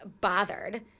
bothered